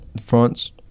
France